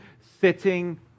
sitting